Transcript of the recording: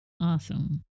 awesome